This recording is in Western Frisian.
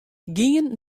gean